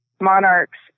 monarchs